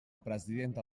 presidenta